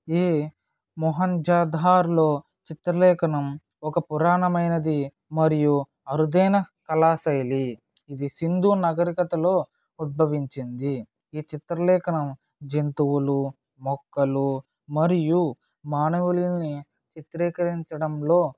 ఈ మొహంజదార్లో చిత్రలేఖనం ఒక పురాణమైనది మరియు అరుదైన కళాశైలి ఇది సింధూ నాగరికతలో ఉద్భవించింది ఈ చిత్రలేఖనం జంతువులు మొక్కలు మరియు మానవులని చిత్రీకరించడంలో